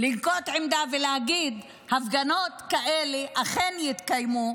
לנקוט עמדה ולהגיד: הפגנות כאלה אכן יתקיימו.